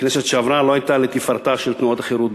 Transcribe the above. הכנסת שעברה לא הייתה לתפארתה של תנועת החרות,